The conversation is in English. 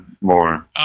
more